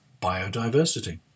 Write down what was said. biodiversity